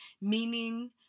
Meaning